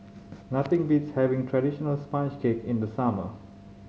nothing beats having traditional sponge cake in the summer